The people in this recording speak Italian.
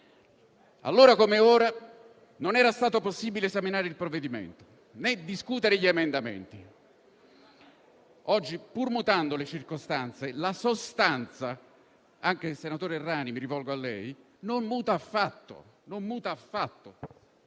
Allora, come ora, non era stato possibile esaminare il provvedimento, né discutere gli emendamenti. Oggi, pur mutando le circostanze, la sostanza - senatore Errani, mi rivolgo anche a lei - non muta affatto.